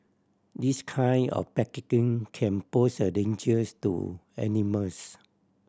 this kind of packaging can pose a dangers to animals